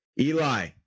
eli